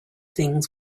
things